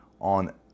on